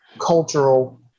cultural